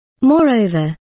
Moreover